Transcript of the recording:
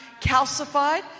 calcified